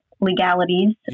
legalities